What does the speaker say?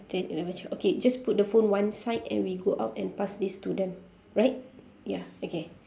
ten eleven twelve okay just put the phone one side and we go out and pass this to them right ya okay